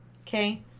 Okay